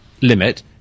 limit